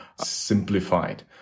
simplified